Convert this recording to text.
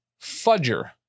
fudger